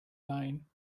line